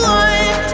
one